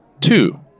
Two